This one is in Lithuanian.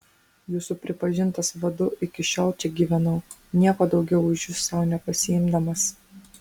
jūsų pripažintas vadu iki šiol čia gyvenau nieko daugiau už jus sau nepasiimdamas